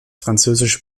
französische